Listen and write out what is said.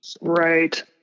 right